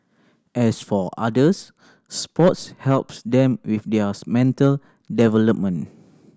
as for others sports helps them with theirs mental development